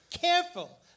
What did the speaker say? careful